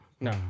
No